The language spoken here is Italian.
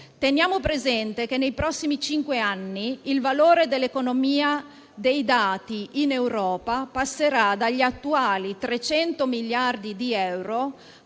Teniamo presente che, nei prossimi cinque anni, il valore dell'economia dei dati, in Europa, passerà dagli attuali 300 miliardi di euro